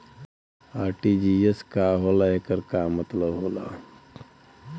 RTGS का होला एकर का मतलब होला?